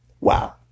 Wow